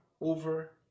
over